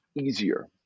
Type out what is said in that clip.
easier